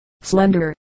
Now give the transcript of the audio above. slender